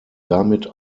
damit